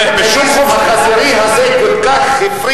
אז חילוקי הדעות בינינו מתרחבים.